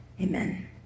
Amen